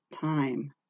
time